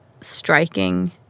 striking